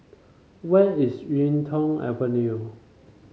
where is YuK Tong Avenue